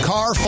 Car